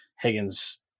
Higgins